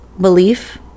belief